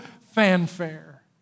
fanfare